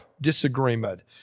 disagreement